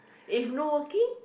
if no working